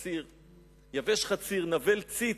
"יבש חציר, נבל ציץ".